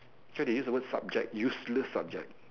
so they use the word subject useless subject